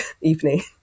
evening